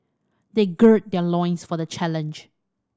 they gird their loins for the challenge